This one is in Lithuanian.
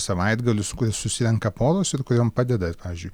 savaitgalius susirenka poros ir kuriom padeda pavyzdžiui